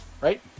Right